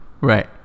Right